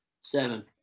Seven